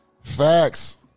facts